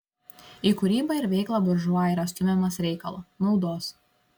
į kūrybą ir veiklą buržua yra stumiamas reikalo naudos